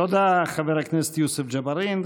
תודה, חבר הכנסת יוסף ג'בארין.